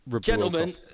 Gentlemen